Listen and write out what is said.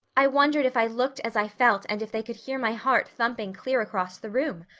i wondered if i looked as i felt and if they could hear my heart thumping clear across the room.